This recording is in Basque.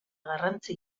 garrantzi